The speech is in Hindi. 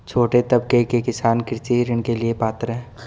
छोटे तबके के किसान कृषि ऋण के लिए पात्र हैं?